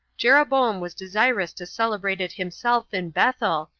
jeroboam was desirous to celebrate it himself in bethel,